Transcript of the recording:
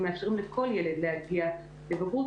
הם מאפשרים לכל ילד להגיע לבגרות.